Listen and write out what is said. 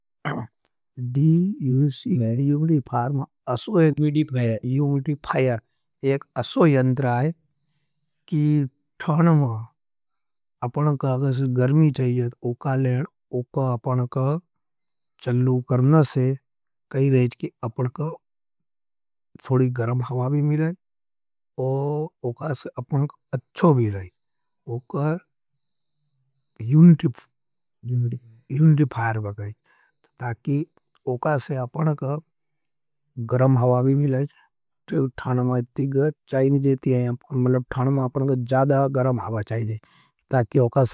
दी unity fire में असो एक एक असो यंटर आयत कि थानमा अपनका गर्मी चाहिए। तो उका लेड़ उका अपनका चलू करना से कही रहेज कि अपनका सोड़ी गर्म हवा भी मिले औ उका से। अपनक अच्छो भी रही उका यूनिटी फायर भी रहेज ताकि उका से अपनका गर्म हवा भी मिले। तो थानमा इतनी चाहिए नहीं देती है ताकि तानमा अपनका ज़्यादा गर्म हवा चाहिए ताकि उका सोड़ी गर्म हवा भी मिले।